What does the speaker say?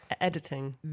Editing